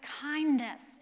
kindness